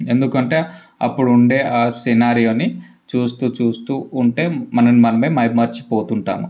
ఎందుకంటే అప్పుడు ఉండే ఆ సీనరీని చూస్తూ చూస్తూ ఉంటే మనల్ని మనమే మైమరచి పోతుంటాము